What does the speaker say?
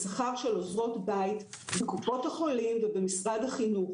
בשכר של עוזרות בית בקופות החולים ובמשרד החינוך,